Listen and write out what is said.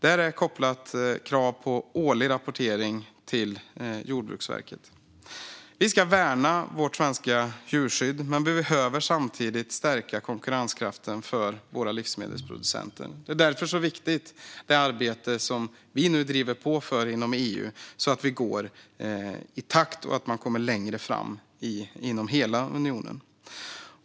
Det är kopplat till att det finns krav på årlig rapportering till Jordbruksverket. Vi ska värna om vårt svenska djurskydd, men vi behöver samtidigt stärka konkurrenskraften för livsmedelsproducenterna. Därför är det arbete som regeringen nu driver på inom EU så viktigt. Vi ska gå i takt och komma längre fram inom hela unionen.